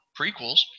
prequels